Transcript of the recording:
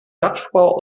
satzbau